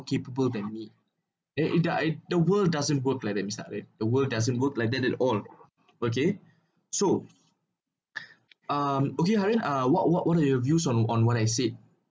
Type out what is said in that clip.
capable than me eh if the I the world doesn't work like that mister haren the world doesn't work like that at all okay so um okay haren uh what what what are your views on on what I said